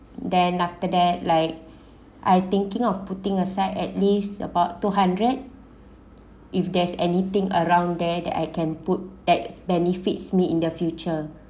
then after that like I thinking of putting aside at least about two hundred if there's anything around there that I can put that's benefits me in the future